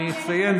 אני אציין,